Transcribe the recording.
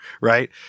right